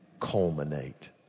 culminate